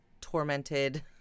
tormented